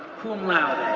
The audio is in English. cum laude,